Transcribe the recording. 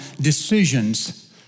decisions